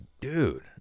dude